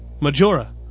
Majora